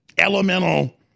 Elemental